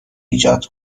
ایجاد